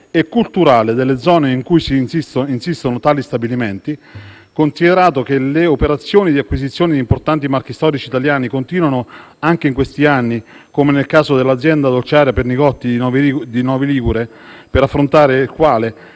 e culturale nelle zone su cui insistono tali stabilimenti e che le operazioni di acquisizione di importanti marchi storici italiani continuano anche in questi anni, come nel caso dell'azienda dolciaria Pernigotti di Novi Ligure (Alessandria), per affrontare la quale